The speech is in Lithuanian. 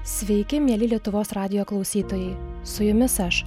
sveiki mieli lietuvos radijo klausytojai su jumis aš